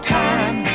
time